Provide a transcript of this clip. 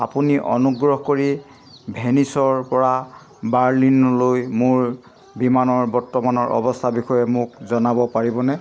আপুনি অনুগ্ৰহ কৰি ভেনিচৰ পৰা বাৰ্লিনলৈ মোৰ বিমানৰ বৰ্তমানৰ অৱস্থাৰ বিষয়ে মোক জনাব পাৰিবনে